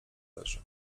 leży